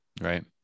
Right